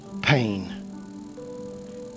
pain